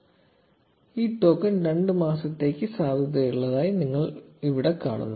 0734 ഈ ടോക്കൺ രണ്ട് മാസത്തേക്ക് സാധുതയുള്ളതാണെന്ന് നിങ്ങൾ ഇവിടെ കാണുന്നു